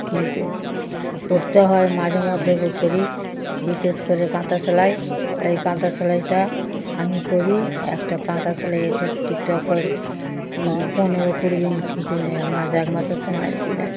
কিন্তু করতে হয় মাঝে মধ্যে করি বিশেষ করে কাঁথা সেলাই এই কাঁথা সেলাইটা আমি করি একটা কাঁথা সেলাই এ ঠিক ঠিকঠাক করে পনেরো কুড়ি দিন কিছু এক মাস এক মাসের সময় লেগে যায়